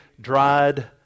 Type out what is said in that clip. dried